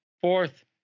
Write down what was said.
Fourth